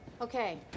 Okay